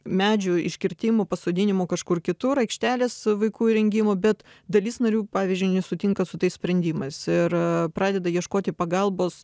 medžių iškirtimų pasodinimų kažkur kitur aikštelės vaikų įrengimo bet dalis narių pavyzdžiui nesutinka su tais sprendimais ir pradeda ieškoti pagalbos